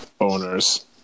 owners